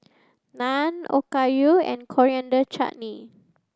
Naan Okayu and Coriander Chutney